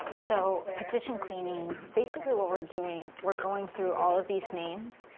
so, petition cleaning, basically what we're doing, we're going through all of these names,